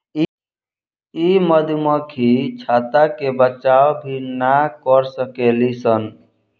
इ मधुमक्खी छत्ता के बचाव भी ना कर सकेली सन